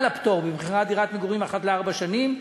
הפטור במכירת דירת מגורים אחת לארבע שנים,